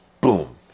boom